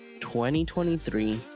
2023